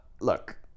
Look